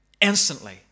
Instantly